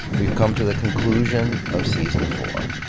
we've come to the conclusion of season four